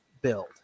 build